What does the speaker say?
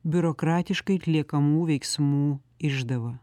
biurokratiškai atliekamų veiksmų išdava